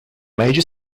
major